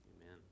Amen